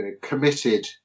committed